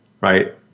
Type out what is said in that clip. right